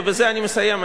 ובזה אני מסיים,